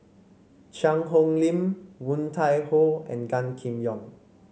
Cheang Hong Lim Woon Tai Ho and Gan Kim Yong